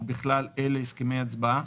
ובכלל אלה הסכמי הצבעה,